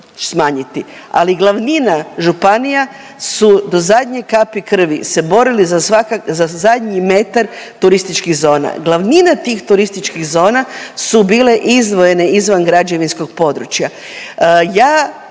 ali glavnina županija su do zadnje kapi krvi se borili za zadnji metar turističkih zona. Glavnina tih turističkih zona su bile izdvojene izvan građevinskog područja.